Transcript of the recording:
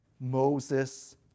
Moses